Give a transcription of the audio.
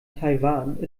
taiwan